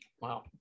Wow